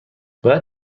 باید